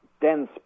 dense